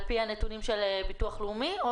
על פי הנתונים של ביטוח לאומי?